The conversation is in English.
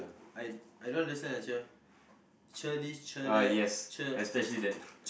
ah yes especially that